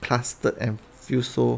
clustered and feel so